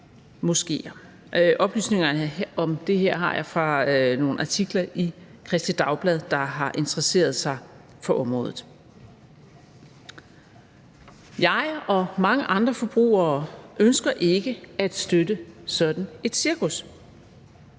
moskéer. Oplysningerne om det her har jeg fra nogle artikler i Kristeligt Dagblad, der har interesseret sig for området. Jeg og mange andre forbrugere ønsker ikke at støtte sådan et cirkus.